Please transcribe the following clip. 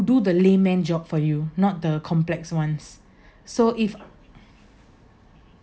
do the layman job for you not the complex ones so if